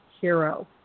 hero